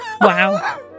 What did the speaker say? Wow